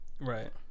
Right